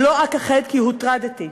"לא אכחד כי הוטרדתי,